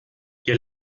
ihr